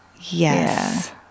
Yes